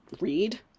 read